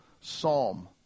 psalm